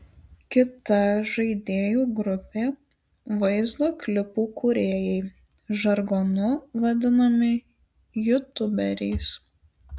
kita žaidėjų grupė vaizdo klipų kūrėjai žargonu vadinami jutuberiais